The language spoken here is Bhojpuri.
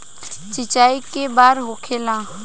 सिंचाई के बार होखेला?